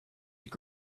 your